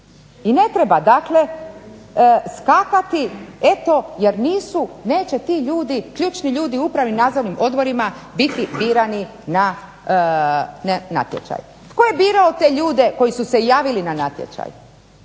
i ne treba dakle skakati eto jer nisu, neće ti ljudi, ključni ljudi u upravi i nadzornim odborima biti birani na natječaj. Tko je birao te ljude koji su se javili na natječaj?